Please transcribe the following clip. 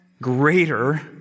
greater